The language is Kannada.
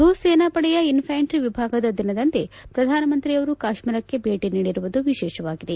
ಭೂಸೇನಾಪಡೆಯ ಇನ್ಫ್ಯಾಂಟ್ರಿ ವಿಭಾಗದ ದಿನದಂದೇ ಪ್ರಧಾನಮಂತ್ರಿಯವರು ಕಾಶ್ಮೀರಕ್ಕೆ ಭೇಟಿ ನೀಡಿರುವುದು ವಿಶೇಷವಾಗಿದೆ